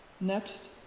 Next